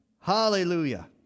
Hallelujah